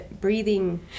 breathing